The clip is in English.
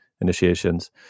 initiations